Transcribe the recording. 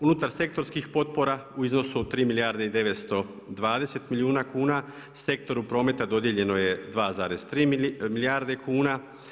Unutar sektorskih potpora u iznosu od 3 milijarde i 920 milijuna kuna, sektoru prometa dodijeljeno je 2,3 milijarde kuna.